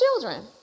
children